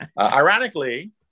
Ironically